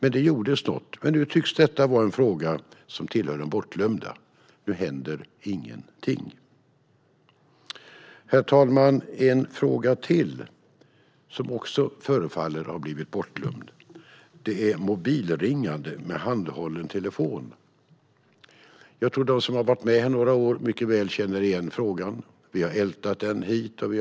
Då gjordes något, men nu tycks frågan vara bortglömd. Nu händer ingenting. Herr talman! En annan fråga som förefaller vara bortglömd är mobilringande med handhållen telefon. Jag tror att de som har varit med några år känner igen frågan. Vi har ältat den hit och dit.